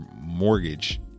mortgage